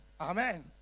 Amen